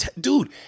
dude